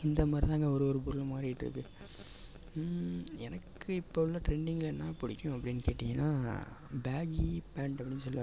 இந்த மாதிரி தாங்க ஒரு ஒரு பொருளும் மாறிகிட்டு இருக்குது எனக்கு இப்போ உள்ள ட்ரெண்டிங்கில என்ன பிடிக்கும் அப்படின்னு கேட்டிங்கன்னா பேஹி பேண்ட்டு அப்படின்னு சொல்லுவாங்க